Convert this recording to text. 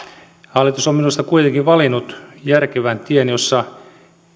hallitus on minusta kuitenkin valinnut järkevän tien jossa